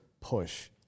push